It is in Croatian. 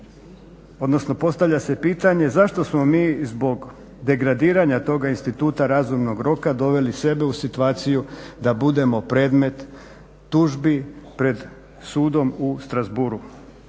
Odnosno, postavlja se pitanje zašto smo mi zbog degradiranja toga instituta razumnog roka doveli sebe u situaciju da budemo predmet tužbi pred sudom u Strassbourgu.